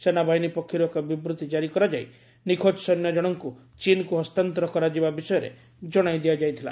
ସେନାବାହିନୀ ପକ୍ଷରୁ ଏକ ବିବୃତି ଜାରି କରାଯାଇ ନିଖୋଜ ସୈନ୍ୟ ଜଣଙ୍କୁ ଚୀନକୁ ହସ୍ତାନ୍ତର କରାଯିବା ବିଷୟରେ ଜଣାଇ ଦିଆଯାଇଥିଲା